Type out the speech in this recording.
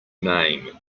name